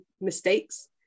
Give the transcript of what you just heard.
mistakes